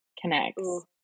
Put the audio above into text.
connects